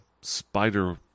spider